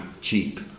cheap